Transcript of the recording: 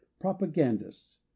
propagandists